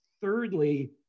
thirdly